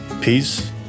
peace